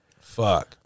fuck